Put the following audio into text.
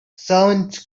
servants